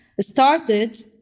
started